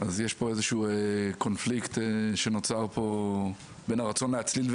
יש איזה שהוא קונפליקט שנוצר פה בין הרצון להצליל,